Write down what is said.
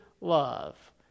love